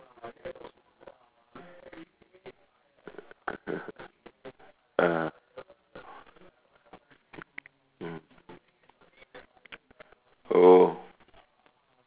ah mm oh